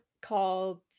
called